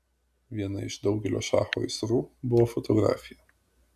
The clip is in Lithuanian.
viena iš daugelio šacho aistrų buvo fotografija